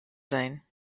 sein